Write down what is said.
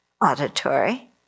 auditory